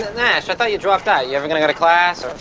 nash, i thought you dropped out, you ever going to go to class?